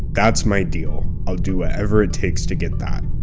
that's my deal. i'll do whatever it takes to get that,